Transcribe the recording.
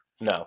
No